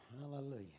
Hallelujah